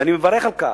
ואני מברך על כך,